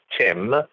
Tim